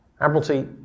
Admiralty